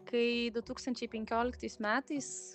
kai du tūkstančiai penkioliktais metais